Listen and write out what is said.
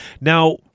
Now